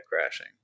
crashing